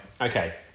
okay